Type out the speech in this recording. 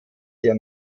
sehr